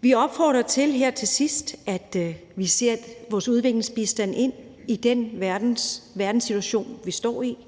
Vi opfordrer til her til sidst, at vi ser vores udviklingsbistand ind i den verdenssituation, vi står i.